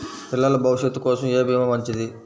పిల్లల భవిష్యత్ కోసం ఏ భీమా మంచిది?